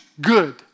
Good